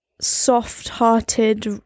soft-hearted